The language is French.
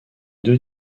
deux